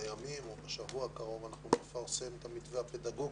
בימים הקרובים או בשבוע הקרוב נפרסם את המתווה הפדגוגי.